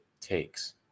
takes